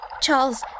Charles